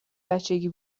بچگی